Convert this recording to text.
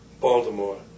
Baltimore